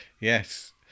yes